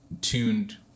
tuned